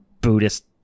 Buddhist